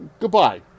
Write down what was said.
goodbye